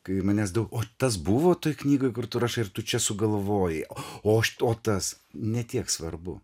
kai manęs daug o tas buvo toj knygoj kur tu rašai ar tu čia sugalvojai o o tas ne tiek svarbu